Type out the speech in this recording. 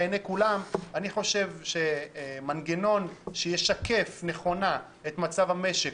אני חושב שמנגנון שישקף נכונה את מצב המשק,